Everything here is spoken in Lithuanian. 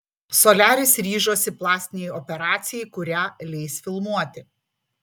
soliaris ryžosi plastinei operacijai kurią leis filmuoti